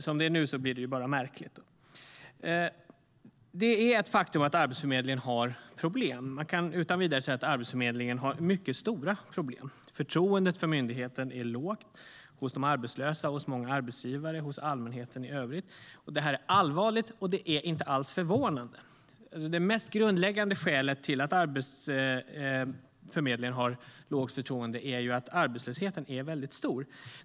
Som det är nu blir det ju bara märkligt. Det mest grundläggande skälet till att man har lågt förtroende för Arbetsförmedlingen är att arbetslösheten är mycket stor.